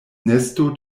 nesto